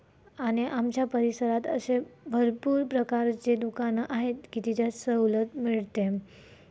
आणि आमच्या परिसरात असे भरपूर प्रकारचेे दुकानं आहेत की त्याच्यात सवलत मिळते